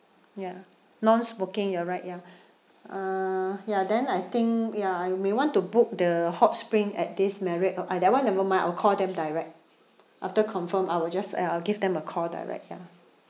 ya non smoking you're right ya uh ya then I think ya I may want to book the hot spring at this marriott oh uh that one never mind I'll call them direct after confirm I will just ya I'll give them a call direct ya